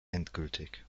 endgültig